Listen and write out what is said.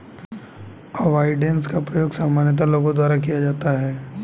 avoidance का प्रयोग सामान्यतः लोगों द्वारा किया जाता है